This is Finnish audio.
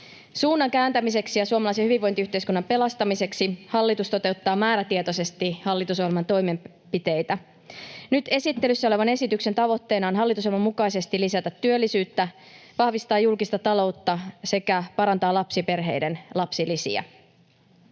Suunnan kääntämiseksi ja suomalaisen hyvinvointiyhteiskunnan pelastamiseksi hallitus toteuttaa määrätietoisesti hallitusohjelman toimenpiteitä. Nyt esittelyssä olevan esityksen tavoitteena on hallitusohjelman mukaisesti lisätä työllisyyttä, vahvistaa julkista taloutta sekä parantaa lapsiperheiden lapsilisiä.